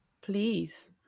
Please